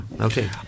Okay